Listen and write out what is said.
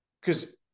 because-